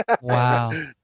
Wow